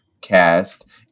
cast